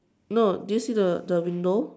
no did you see the the window